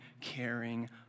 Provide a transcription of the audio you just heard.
caring